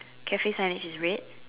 Cafe signage is red